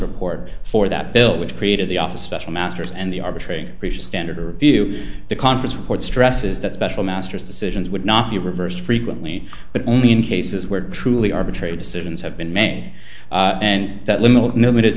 report for that bill which created the office special masters and the arbitrator standard or view the conference report stresses that special masters decisions would not be reversed frequently but only in cases where truly arbitrary decisions have been may and that limit